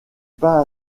pas